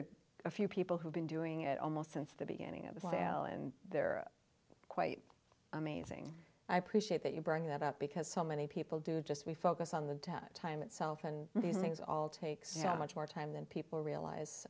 there's a few people who've been doing it almost since the beginning of the fail and they're quite amazing i appreciate that you bring that up because so many people do just we focus on the time itself and these things all take so much more time than people realize